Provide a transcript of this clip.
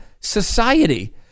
society